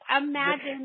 Imagine